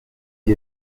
qui